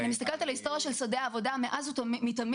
אני מסתכלת על ההיסטוריה של שדה העבודה מאז ומתמיד